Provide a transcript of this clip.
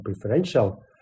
preferential